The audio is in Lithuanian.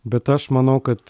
bet aš manau kad